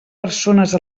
persones